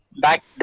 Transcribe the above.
back